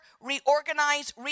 reorganize